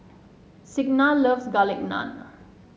Signa loves Garlic Naan